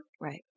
right